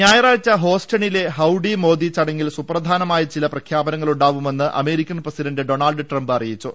ഞായറാഴ്ച ഹോസ്റ്റണിലെ ഹൌഡി മോദി ചൂടങ്ങിൽ സുപ്രധാ നമായ ചില പ്രഖ്യാപനങ്ങളുണ്ടാവുമെന്ന് അമ്മേരിക്കൻ പ്രസിഡന്റ് ഡൊണാൾഡ് ട്രംപ് അറിയിച്ചു